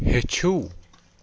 ہیٚچھِو